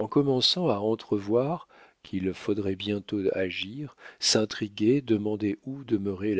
en commençant à entrevoir qu'il faudrait bientôt agir s'intriguer demander où demeurait